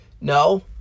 no